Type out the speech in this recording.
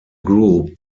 group